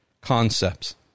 concepts